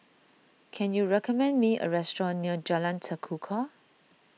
can you recommend me a restaurant near Jalan Tekukor